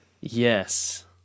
Yes